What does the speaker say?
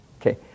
Okay